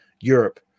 europe